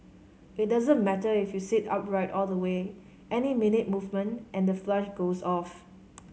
it doesn't matter if you sit upright all the way any minute movement and the flush goes off